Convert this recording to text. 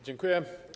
Dziękuję.